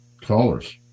callers